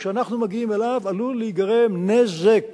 שכשאנחנו מגיעים אליו עלול להיגרם נזק